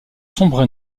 sombres